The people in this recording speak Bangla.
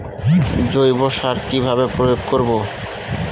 জৈব সার কি ভাবে প্রয়োগ করব?